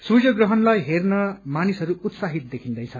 सूर्य ग्रहणलाई हेर्न मानिसहरू उत्साहित देखिन्दैछ